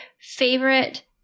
favorite